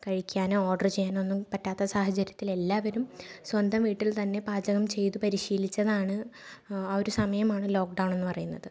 കഴിക്കാനോ ഓർഡറ് ചെയ്യാനോ ഒന്നും പറ്റാത്ത സാഹചര്യത്തിൽ എല്ലാവരും സ്വന്തം വീട്ടിൽ തന്നെ പാചകം ചെയ്ത് പരിശീലിച്ചതാണ് ആ ഒരു സമയമാണ് ലോക്ക്ഡൗൺ എന്ന് പറയുന്നത്